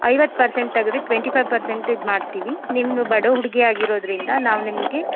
ಐವತ್ತು ಪರ್ಸೆಂಟ್ ತೆಗೆದ್ರೆ twenty five percent ಇದು ಮಾಡ್ತೀವಿ ನಿಮ್ದು ಬಡ ಹುಡುಗಿ ಆಗಿರೋದರಿಂದ ನಾವು ನಿಮಗೆ